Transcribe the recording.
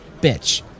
bitch